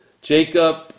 Jacob